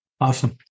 Awesome